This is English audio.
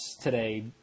today